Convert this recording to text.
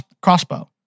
crossbow